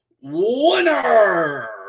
winner